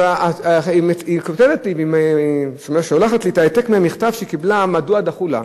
היא שולחת לי העתק מהמכתב שהיא קיבלה מדוע דחו אותה.